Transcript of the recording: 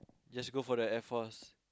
just go for the Air Force